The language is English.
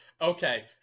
Okay